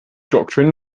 doctrine